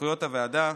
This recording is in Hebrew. סמכויות הוועדה: